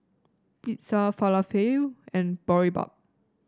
Pizza Falafel and Boribap